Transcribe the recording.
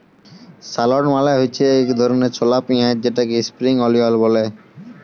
shallot মালে হছে ইক ধরলের ছলা পিয়াঁইজ যেটাকে ইস্প্রিং অলিয়াল ব্যলে